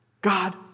God